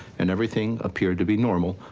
and everything appeared to be normal,